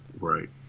Right